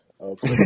Okay